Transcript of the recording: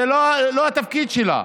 זה לא התפקיד שלו.